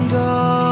go